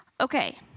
Okay